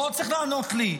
לא צריך לענות לי.